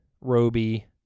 Roby